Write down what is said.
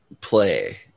play